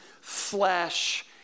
flesh